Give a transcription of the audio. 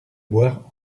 boire